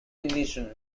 ignition